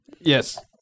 Yes